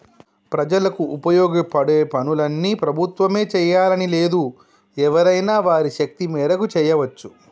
ప్రజలకు ఉపయోగపడే పనులన్నీ ప్రభుత్వమే చేయాలని లేదు ఎవరైనా వారి శక్తి మేరకు చేయవచ్చు